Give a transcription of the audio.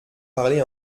parler